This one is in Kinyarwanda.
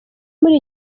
muri